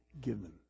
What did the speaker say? given